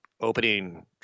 opening